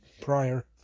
prior